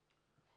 צודקים.